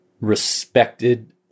respected